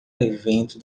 evento